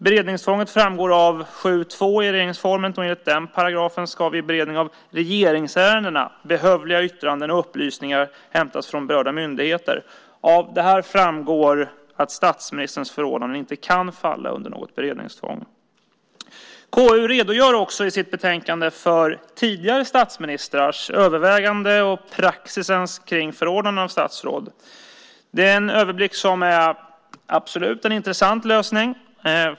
Beredningstvånget framgår av 7:2 i regeringsformen, och enligt den paragrafen ska vid beredning av regeringsärendena behövliga yttranden och upplysningar hämtas från berörda myndigheter. Av det här framgår att statsministerns förordnanden inte kan falla under något beredningstvång. KU redogör också i sitt betänkande för tidigare statsministrars överväganden och praxisen kring förordnande av statsråd. Det är en överblick som absolut är intressant.